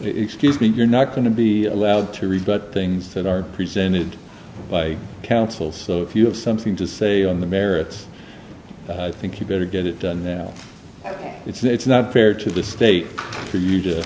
excuse me you're not going to be allowed to rebut things that are presented by counsel so if you have something to say on the merits i think you better get it done then it's not fair to the state or you